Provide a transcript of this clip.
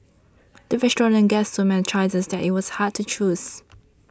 the restaurant gave so many choices that it was hard to choose